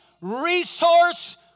resource